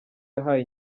yahaye